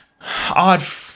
odd